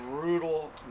brutal